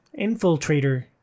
Infiltrator